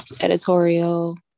editorial